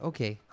Okay